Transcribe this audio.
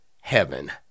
heaven